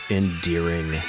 endearing